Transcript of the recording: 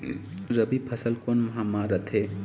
रबी फसल कोन माह म रथे?